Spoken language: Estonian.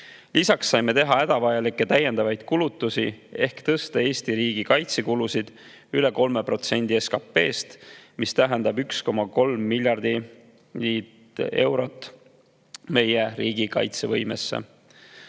Lisaks saime teha hädavajalikke täiendavaid kulutusi ehk tõsta Eesti riigikaitsekulud üle 3% SKP‑st, mis tähendab 1,3 miljardit eurot meie riigi kaitsevõimesse.